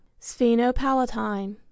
sphenopalatine